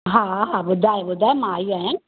हा हा ॿुधाए ॿुधाए मां आई आहियां